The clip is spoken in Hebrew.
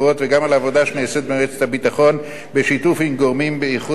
שנעשית במועצת הביטחון בשיתוף עם גורמים באיחוד האירופי לגבי